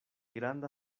granda